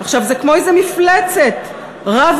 זה כמו איזו מפלצת רב-ראשית.